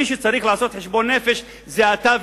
מי שצריך לעשות חשבון נפש זה אתה,